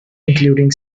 including